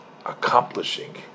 accomplishing